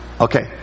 Okay